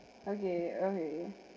okay okay